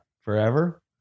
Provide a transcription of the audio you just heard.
forever